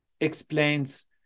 explains